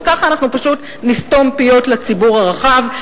וכך אנחנו פשוט נסתום פיות לציבור הרחב.